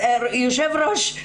היו"ר,